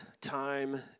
time